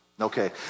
Okay